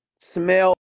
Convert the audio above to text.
smell